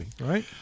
right